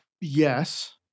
Yes